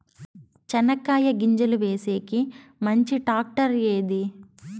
చెనక్కాయ గింజలు వేసేకి మంచి టాక్టర్ ఏది?